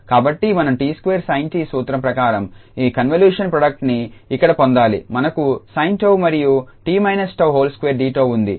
కాబట్టి మనం 𝑡2sin𝑡 సూత్రం ప్రకారం ఈ కన్వల్యూషన్ ప్రోడక్ట్ ని ఇక్కడ పొందాలి మనకు sin𝜏 మరియు 𝑡−𝜏2𝑑𝜏 ఉంది